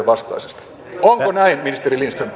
onko näin ministeri lindström